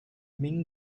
main